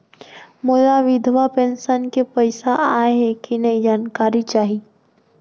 मोला विधवा पेंशन के पइसा आय हे कि नई जानकारी चाही?